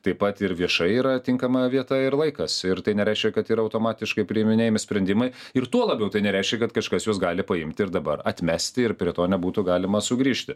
taip pat ir viešai yra tinkama vieta ir laikas ir tai nereiškia kad yra automatiškai priiminėjami sprendimai ir tuo labiau tai nereiškia kad kažkas juos gali paimti ir dabar atmesti ir prie to nebūtų galima sugrįžti